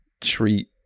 treat